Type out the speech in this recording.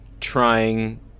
trying